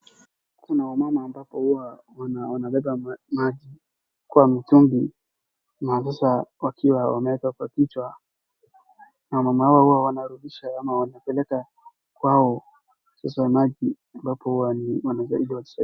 Kuna wamama ambapo huwa wanabeba maji kwa mtungi na sasa wakiwa wameweka kwa kichwa na wamama hawa huwa wanarudisha ama wanapeleka kwao sasa maji ambapo huwa ni.